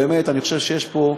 באמת, אני חושב שיש פה,